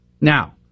Now